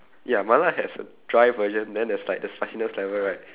ya mala has a dry version then there's like the spiciness level right